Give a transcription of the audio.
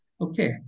okay